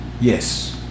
yes